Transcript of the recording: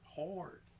hard